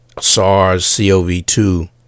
SARS-CoV-2